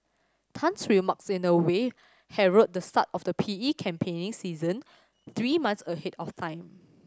Tan's remarks in a way herald the start of the P E campaigning season three months ahead of time